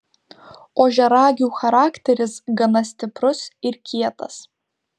ožiaragių charakteris gana stiprus ir kietas